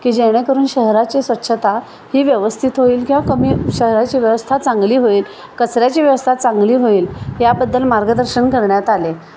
की जेणेकरून शहराची स्वच्छता ही व्यवस्थित होईल किंवा कमी शहराची व्यवस्था चांगली होईल कचऱ्याची व्यवस्था चांगली होईल याबद्दल मार्गदर्शन करण्यात आले